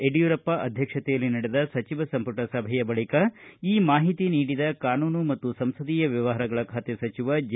ಯಡಿಯೂರಪ್ಪ ಅವರ ಅಧ್ಯಕ್ಷತೆಯಲ್ಲಿ ನಡೆದ ಸಚಿವ ಸಂಪುಟ ಸಭೆಯ ಬಳಿಕ ಈ ಮಾಹಿತಿ ನೀಡಿದ ಕಾನೂನು ಮತ್ತು ಸಂಸದೀಯ ವ್ಯವಹಾರಗಳ ಖಾತೆ ಸಚಿವ ಜೆ